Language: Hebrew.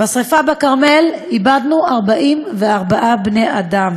בשרפה בכרמל איבדנו 44 בני-אדם.